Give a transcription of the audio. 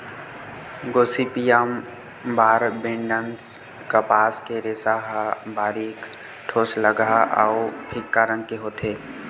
Gossypium barbadense कपास के रेसा ह बारीक, ठोसलगहा अउ फीक्का रंग के होथे